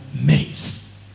maze